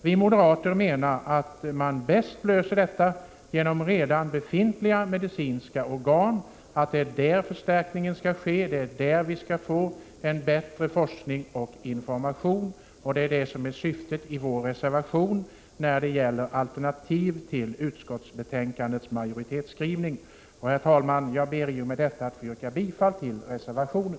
Vi moderater menar att man bäst löser detta genom redan befintliga medicinska organ. Det är där förstärkningen skall ske, och det är där det skall bli en bättre forskning och information. Detta är syftet med vår reservation beträffande alternativ till utskottsbetänkandets majoritetsskrivning. Herr talman! Jag ber med detta att få yrka bifall till reservationen.